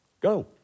Go